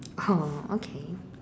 oh okay